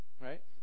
Right